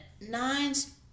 nines